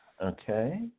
Okay